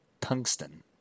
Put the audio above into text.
tungsten